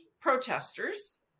protesters